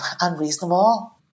unreasonable